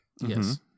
Yes